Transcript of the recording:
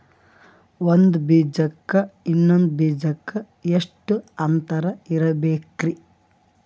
ಒಂದ್ ಬೀಜಕ್ಕ ಇನ್ನೊಂದು ಬೀಜಕ್ಕ ಎಷ್ಟ್ ಅಂತರ ಇರಬೇಕ್ರಿ?